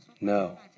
No